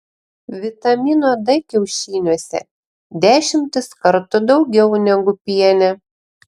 vitamino d kiaušiniuose dešimtis kartų daugiau negu piene